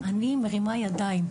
אני מרימה ידיים,